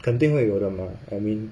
肯定会有的 mah I mean